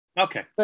Okay